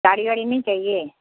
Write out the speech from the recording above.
साड़ी वाड़ी नहीं चाहिए